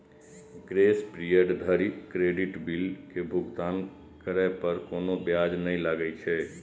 grace period धरि credit bill के भुगतान करै पर कोनो ब्याज नै लागै छै